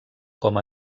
com